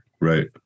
right